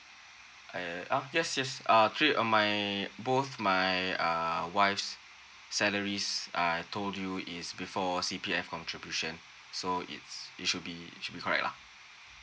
eh uh yes yes err three uh my both my uh wife's salaries I told you is before C_P_F contribution so it's it should be it should be correct lah